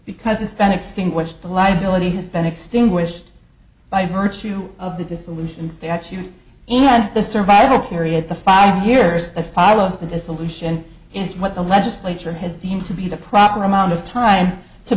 because it's been extinguished the liability has been extinguished by virtue of the dissolution statue and the survival period the five years of follows the dissolution is what the legislature has deemed to be the proper amount of time to